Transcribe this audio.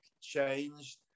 changed